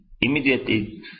immediately